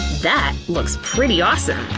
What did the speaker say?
that looks pretty awesome!